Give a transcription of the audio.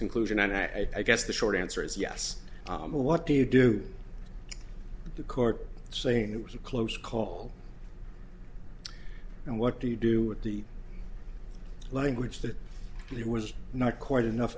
conclusion and i guess the short answer is yes what do you do the court saying it was a close call and what do you do with the language that it was not quite enough